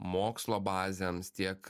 mokslo bazėms tiek